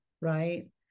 right